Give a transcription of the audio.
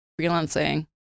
freelancing